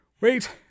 Wait